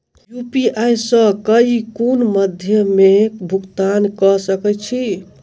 UPI सऽ केँ कुन मध्यमे मे भुगतान कऽ सकय छी?